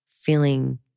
feeling